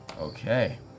okay